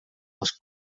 als